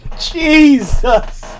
Jesus